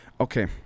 Okay